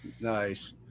Nice